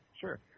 sure